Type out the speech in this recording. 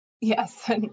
Yes